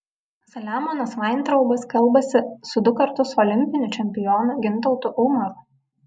saliamonas vaintraubas kalbasi su du kartus olimpiniu čempionu gintautu umaru